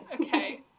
Okay